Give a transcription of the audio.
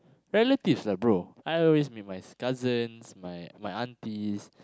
relatives ah bro I always meet my cousins my my aunties